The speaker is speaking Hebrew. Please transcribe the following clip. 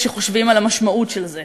כשחושבים על המשמעות של זה,